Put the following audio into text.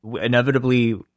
inevitably